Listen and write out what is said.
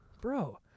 Bro